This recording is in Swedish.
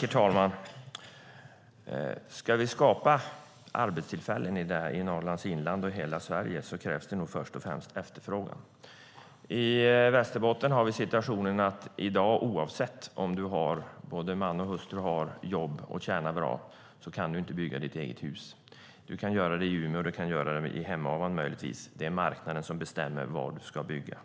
Herr talman! Ska vi skapa arbetstillfällen i Norrlands inland och i hela Sverige krävs nog först och främst efterfrågan. I Västerbotten har vi i dag situationen att du oavsett om både man och hustru har jobb och tjänar bra inte kan bygga ditt eget hus. Du kan göra det i Umeå, och du kan göra det i Hemavan, möjligtvis - det är marknaden som bestämmer var du ska bygga.